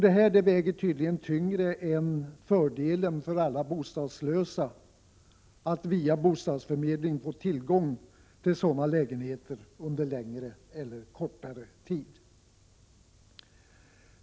Detta väger tydligen tyngre än fördelen för alla bostadslösa att via bostadsförmedling få tillgång till sådana lägenheter under längre eller kortare tid.